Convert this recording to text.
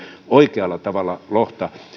oikealla tavalla